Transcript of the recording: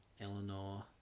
Eleanor